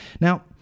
Now